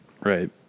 Right